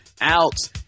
out